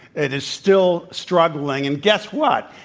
it is still struggling. and guess what?